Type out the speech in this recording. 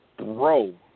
Bro